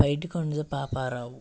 Paidikondla Paparao